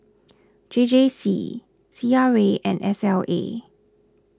J J C C R A and S L A